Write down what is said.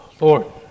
Lord